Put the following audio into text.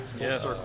Yes